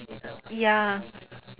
ya